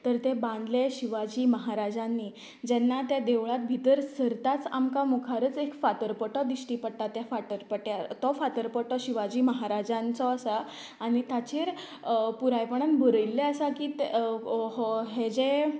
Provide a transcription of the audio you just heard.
तर तें बांदलें शिवाजी महाराजांनी जेन्ना ते देवळांत भितर सरताच आमकां मुखारच एक फातरपटो दिश्टी पडटा तें फातरपट्यार तो फातरपटो शिवाजी महाराज्यांचो आसा आनी ताचेर पुरायपणान बरयल्लें आसा की तें हें जें